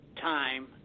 time